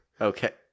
Okay